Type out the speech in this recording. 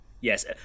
yes